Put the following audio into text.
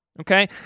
okay